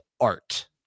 art